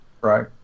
Right